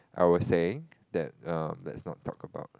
I was saying that um let's not talk about